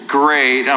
great